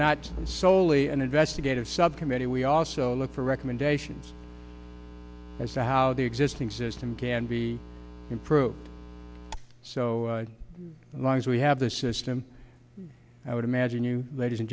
not solely an investigative subcommittee we also look for recommendations as to how the existing system can be improved so long as we have this system i would imagine you